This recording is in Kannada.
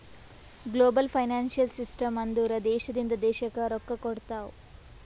ಗ್ಲೋಬಲ್ ಫೈನಾನ್ಸಿಯಲ್ ಸಿಸ್ಟಮ್ ಅಂದುರ್ ದೇಶದಿಂದ್ ದೇಶಕ್ಕ್ ರೊಕ್ಕಾ ಕೊಡ್ತಾವ್